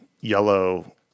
yellow